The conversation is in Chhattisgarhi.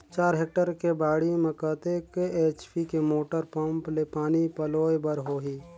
चार हेक्टेयर के बाड़ी म कतेक एच.पी के मोटर पम्म ले पानी पलोय बर होही?